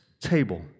table